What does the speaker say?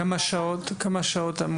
כמה שעות?